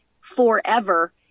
forever